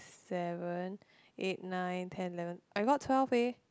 seven eight nine ten eleven I got twelve eh